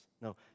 No